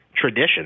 tradition